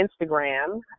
Instagram